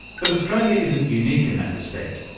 but australia isn't unique in that respect,